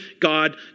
God